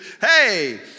hey